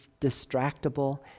distractible